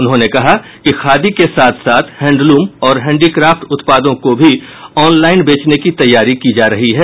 उन्होंने कहा कि खादी के साथ साथ हैण्डलूम और हैण्डीक्राफ्ट उत्पादों को भी ऑनलाइन बेचने की तैयारी की जा रही है